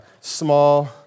small